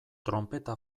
tronpeta